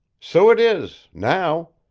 so it is now.